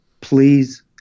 please